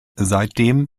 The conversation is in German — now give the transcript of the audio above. seitdem